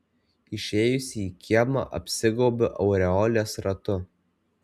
išėjusi į kiemą apsigaubiu aureolės ratu